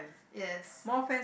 yes